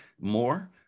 more